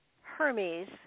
Hermes